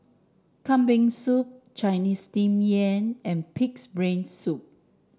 Kambing Soup Chinese Steamed Yam and pig's brain soup